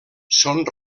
són